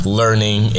learning